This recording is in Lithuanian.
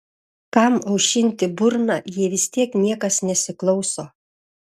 kam aušinti burną jei vis tiek niekas nesiklauso